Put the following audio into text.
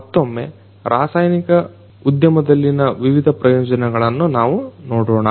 ಮತ್ತೊಮ್ಮ ರಾಸಾಯನಿಕ ಉದ್ಯಮದಲ್ಲಿನ ವಿವಿಧ ಪ್ರಯೋಜನಗಳನ್ನ ನಾವು ನೋಡೊಣ